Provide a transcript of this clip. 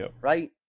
right